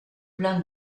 plan